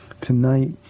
tonight